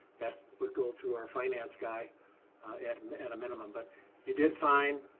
that would go through our finance guy at um and a minimum. but you did fine.